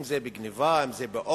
אם על גנבה, אם על אונס,